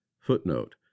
Footnote